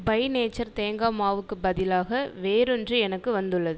by nature தேங்காய் மாவுக்குப் பதிலாக வேறொன்று எனக்கு வந்துள்ளது